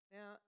Now